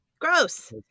gross